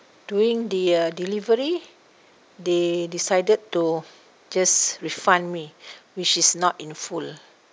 doing the uh delivery they decided to just refund me which is not in full